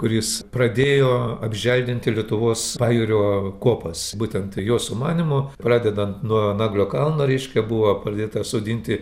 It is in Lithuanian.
kuris pradėjo apželdinti lietuvos pajūrio kopas būtent jo sumanymu pradedant nuo naglio kalno reiškia buvo pradėta sodinti